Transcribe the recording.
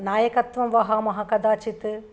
नायकत्वं वहामः कदाचित्